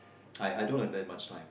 I I don't have that much time